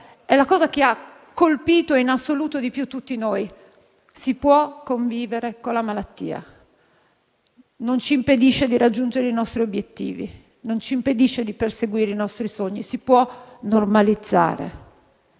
è la cosa che in assoluto ha colpito di più tutti noi. Si può convivere con la malattia: essa non ci impedisce di raggiungere i nostri obiettivi e di perseguire i nostri sogni e si può normalizzare.